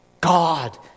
God